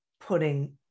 putting